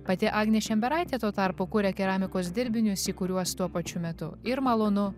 pati agnė šemberaitė tuo tarpu kuria keramikos dirbinius į kuriuos tuo pačiu metu ir malonu